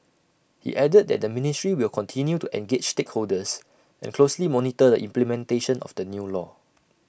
he added that the ministry will continue to engage stakeholders and closely monitor the implementation of the new law